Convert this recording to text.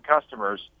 customers